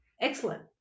excellent